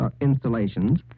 installations